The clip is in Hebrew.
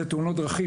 זה תאונות דרכים,